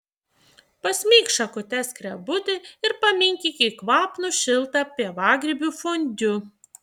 pasmeik šakute skrebutį ir paminkyk į kvapnų šiltą pievagrybių fondiu